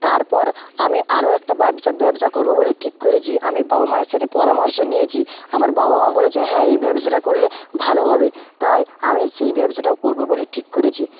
তারপর আমি আরও একটা ব্যবসা ব্যবসা করব বলে ঠিক করেছি আমি বাবা মায়ের সাথে পরামর্শ নিয়েছি আমার বাবা মা বলেচে হ্যাঁ এই ব্যবসাটা করলে ভালো হবে তাই আমি সেই ব্যবসাটাও করব বলে ঠিক করেছি